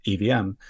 EVM